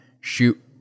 shoot